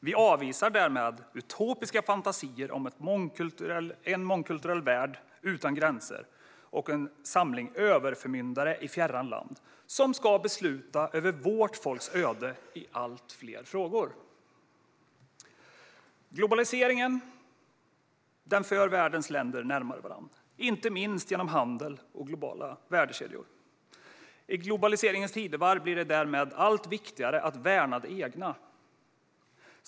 Vi avvisar därmed utopiska fantasier om en mångkulturell värld utan gränser och en samling överförmyndare i fjärran land som ska besluta över vårt folks öde i allt fler frågor. Globaliseringen för världens länder närmare varandra, inte minst genom handel och globala värdekedjor. I globaliseringens tidevarv blir det därmed allt viktigare att värna det egna.